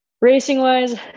racing-wise